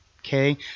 Okay